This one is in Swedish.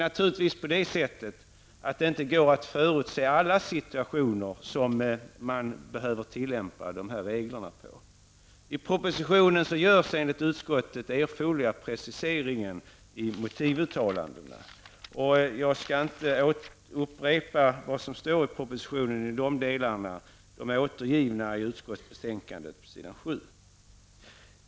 Naturligtvis går det inte att förutse alla situationer där reglerna behöver tillämpas. I propositionen görs enligt utskottet erforderliga preciseringar i motivuttalandena. Jag skall inte upprepa vad som står i propositionen i de delarna. De återges på s. 7 i utskottets betänkande.